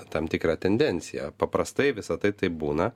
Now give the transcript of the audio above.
tam tikrą tendenciją paprastai visa tai taip būna